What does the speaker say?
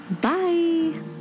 Bye